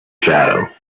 shadow